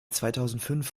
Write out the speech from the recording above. zweitausendfünf